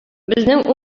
безнең